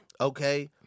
Okay